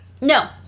No